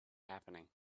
happening